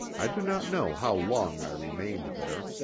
i do not know how long i remained there,